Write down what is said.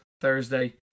Thursday